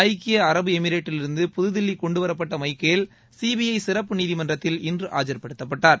ஐக்கிய அரபுளமிரேட்டிலிருந்து புதுதில்லி கொண்டுவரப்பட்ட மைக்கேல் சிபிஐ சிறப்பு நீதிமன்றத்தில் இன்று ஆஜர்படுத்தப்பட்டார்